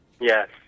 Yes